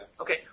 Okay